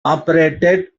operated